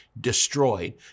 destroyed